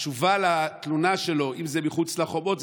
התשובה לתלונה שלו היא שאם זה מחוץ לחומות,